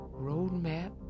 roadmap